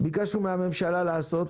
ביקשנו מן הממשלה לעשות